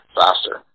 faster